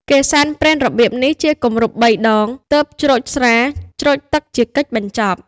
គេសែនព្រេនរបៀបនេះ ជាគម្រប់បីដង ទើបច្រូចស្រា ច្រូចទឹកជាកិច្ចបញ្ចប់។